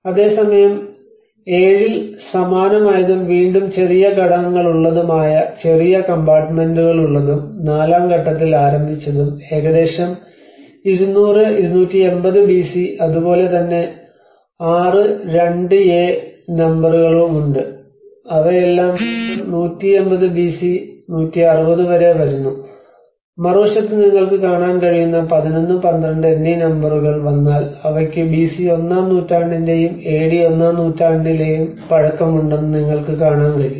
അതേസമയം 7 ൽ സമാനമായതും വീണ്ടും ചെറിയ ഘടകങ്ങളുള്ളതുമായ ചെറിയ കമ്പാർട്ടുമെന്റുകളുള്ളതും നാലാം ഘട്ടത്തിൽ ആരംഭിച്ചതും ഏകദേശം 200 280 ബിസി അതുപോലെ തന്നെ 6 2 എ നമ്പറുകളുമുണ്ട് അവയെല്ലാം വീണ്ടും 180 ബിസി 160 വരെ വരുന്നുമറുവശത്ത് നിങ്ങൾക്ക് കാണാൻ കഴിയുന്ന 11 12 എന്നീ നമ്പറുകൾ വന്നാൽ അവയ്ക്ക് ബിസി ഒന്നാം നൂറ്റാണ്ടിന്റെയും എ ഡി ഒന്നാം നൂറ്റാണ്ടിലെയും പഴക്കമുണ്ടെന്ന് നിങ്ങൾക്ക് കാണാൻ കഴിയും